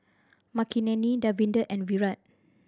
Makineni Davinder and Virat